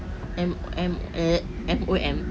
M_M eh M_O_M